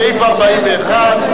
סעיף 41,